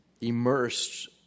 immersed